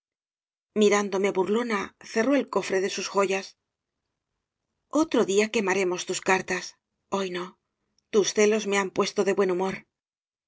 bello mirándome burlona cerró el cofre de sus joyas otro día quemaremos tus cartas hoy no tus celos me han puesto de buen humor